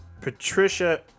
Patricia